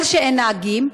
בגלל שאין נהגים,